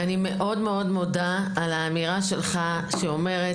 ואני מאוד מאוד מודה על האמירה שלך שאומרת,